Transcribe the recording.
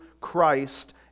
Christ